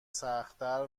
سختتر